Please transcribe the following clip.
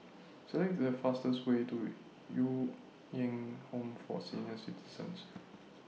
Select The fastest Way to Ju Eng Home For Senior Citizens